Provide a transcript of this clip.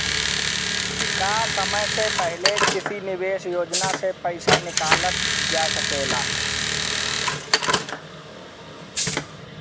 का समय से पहले किसी निवेश योजना से र्पइसा निकालल जा सकेला?